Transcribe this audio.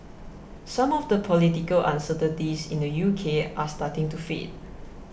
some of the political uncertainties in the U K are starting to fade